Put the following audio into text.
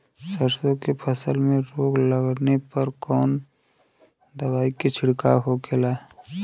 सरसों की फसल में रोग लगने पर कौन दवा के छिड़काव होखेला?